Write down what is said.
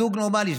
לזוג נורמלי,